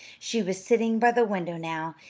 she was sitting by the window now,